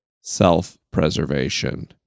self-preservation